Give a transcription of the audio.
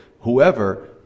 whoever